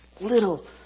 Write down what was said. little